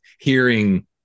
hearing